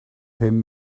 pum